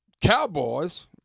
Cowboys